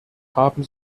haben